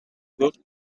looked